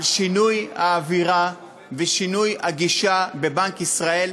על שינוי האווירה ושינוי הגישה בבנק ישראל,